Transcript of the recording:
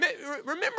remember